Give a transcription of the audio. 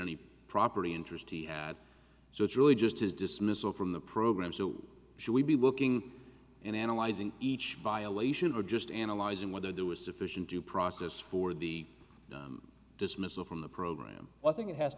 any property interest he had so it's really just his dismissal from the program so should we be looking and analyzing each violation for just analyzing whether there was sufficient due process for the dismissal from the program i think it has